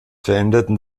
veränderten